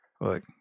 look